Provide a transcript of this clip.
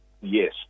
Yes